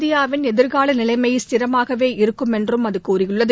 இந்தியாவின் எதிர்கால நிலைமை ஸ்திரமாகவே இருக்கும் என்றும் அது கூறியுள்ளது